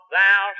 Thou